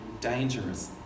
dangerous